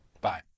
Bye